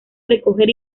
recoger